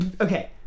okay